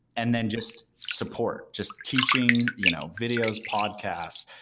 and then just support, just teaching you know videos, podcasts,